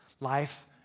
Life